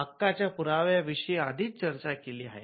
हक्काच्या पुराव्या विषय आधीच चर्चा केली आहे